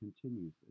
continues